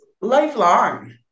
lifelong